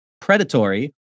predatory